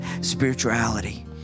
spirituality